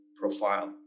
profile